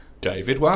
david